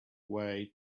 way